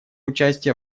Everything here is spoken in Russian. участие